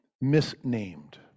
misnamed